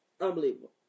Unbelievable